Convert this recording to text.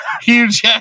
Huge